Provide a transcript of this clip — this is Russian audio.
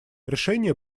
решения